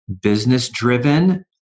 business-driven